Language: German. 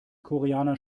koreaner